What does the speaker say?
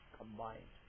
combined